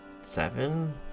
seven